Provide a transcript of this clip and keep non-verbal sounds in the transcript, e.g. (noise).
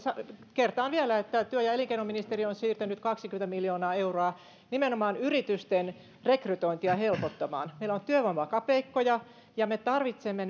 kertaan vielä että työ ja elinkeinoministeriö on siirtänyt kaksikymmentä miljoonaa euroa nimenomaan yritysten rekrytointia helpottamaan meillä on työvoimakapeikkoja ja me tarvitsemme (unintelligible)